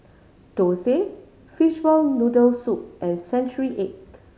thosai fishball noodle soup and century egg